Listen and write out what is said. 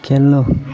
खेल्नु